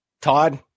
todd